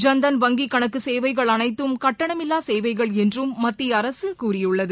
ஜன் தன் வங்கிக் கணக்கு சேவைகள் அனைத்தும் கட்டணமில்லா சேவைகள் என்றும் மத்திய அரசு கூறியுள்ளது